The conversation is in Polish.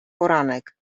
poranek